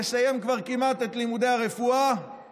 כבר יסיים כמעט את לימודי הרפואה